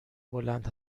بلند